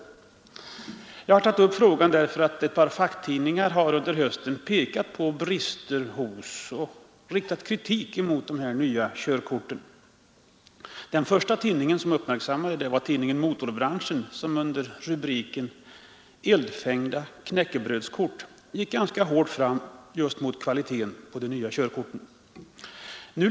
Jag har tagit upp denna sak därför att ett par facktidningar under hösten har pekat på brister hos och riktat kritik mot de nya körkorten. Den första tidning som uppmärksammade förhållandet var tidningen Motorbranschen, som under rubriken Eldfängda knäckebrödskort gick ganska hårt fram just mot kvaliteten på de nya körkorten.